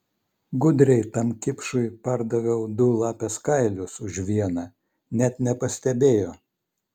gudriai tam kipšui pardaviau du lapės kailius už vieną net nepastebėjo